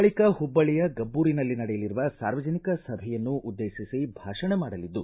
ಬಳಿಕ ಹುಬ್ಬಳ್ಳಿಯ ಗಬ್ಬೂರಿನಲ್ಲಿ ನಡೆಯಲಿರುವ ಸಾರ್ವಜನಿಕ ಸಭೆಯನ್ನು ಉದ್ದೇಶಿಸಿ ಭಾಷಣ ಮಾಡಲಿದ್ದು